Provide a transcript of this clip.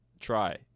try